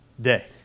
day